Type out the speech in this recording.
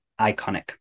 iconic